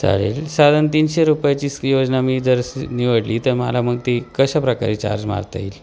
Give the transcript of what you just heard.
चालेल साधारण तीनशे रुपयाची स्की योजना मी जर स निवडली तर मला मग ती कशा प्रकारे चार्ज मारता येईल